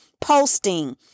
posting